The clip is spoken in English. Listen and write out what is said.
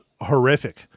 horrific